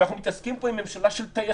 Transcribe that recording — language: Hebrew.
שאנחנו מתעסקים פה עם ממשלה של טייחים,